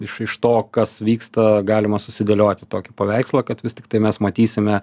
iš iš to kas vyksta galima susidėlioti tokį paveikslą kad vis tiktai mes matysime